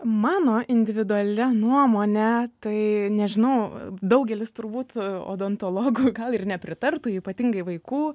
mano individuali nuomonė tai nežinau daugelis turbūt odontologų gal ir nepritartų ypatingai vaikų